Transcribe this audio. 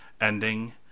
ending